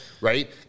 right